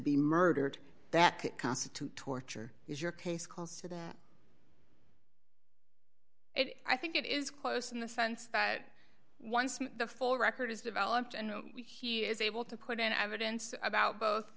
be murdered that could constitute torture is your case close to the i think it is close in the sense that once the full record is developed and he is able to put in evidence about both